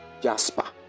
Jasper